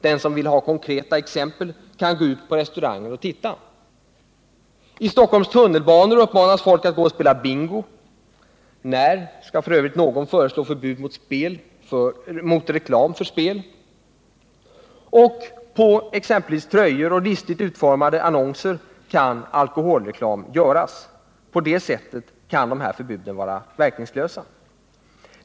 Den som vill ha konkreta exempel kan gå ut på restauranger och titta. I Stockholms tunnelbana uppmanas folk att gå ut och spela bingo. När skall f.ö. någon föreslå förbud mot reklam för spel? På exempelvis tröjor och i listigt utformade annonser kan alkoholreklam göras. På det sättet kan dessa förbud vara verkningslösa.